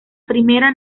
primera